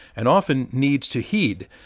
and, often, needs to heed.